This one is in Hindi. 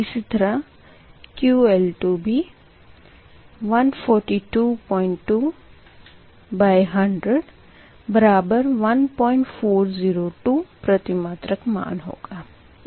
इसी तरह QL2 भी 1422100 बराबर 1402 प्रतिमात्रक मान होगा